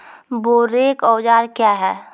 बोरेक औजार क्या हैं?